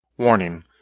Warning